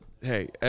hey